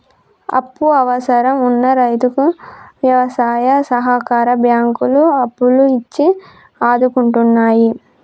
అప్పు అవసరం వున్న రైతుకు వ్యవసాయ సహకార బ్యాంకులు అప్పులు ఇచ్చి ఆదుకుంటున్నాయి